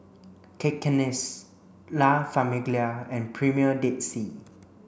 Cakenis La Famiglia and Premier Dead Sea